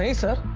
ah sir.